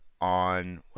on